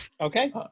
Okay